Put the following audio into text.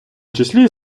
числі